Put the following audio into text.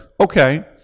okay